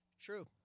True